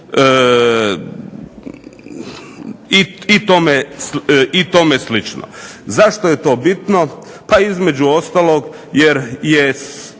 i tome slično. Zašto je to bitno, pa između ostalog jer je